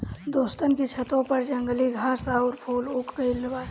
दोस्तन के छतों पर जंगली घास आउर फूल उग गइल बा